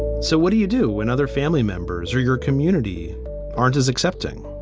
so what do you do when other family members or your community aren't as accepting?